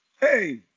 Hey